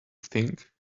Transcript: think